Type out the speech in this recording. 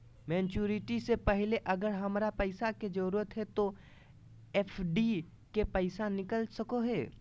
Maturity से पहले अगर हमरा पैसा के जरूरत है तो एफडी के पैसा निकल सको है?